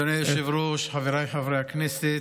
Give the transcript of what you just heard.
אדוני היושב-ראש, חבריי חברי הכנסת,